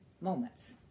moments